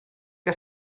que